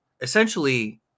essentially